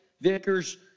vickers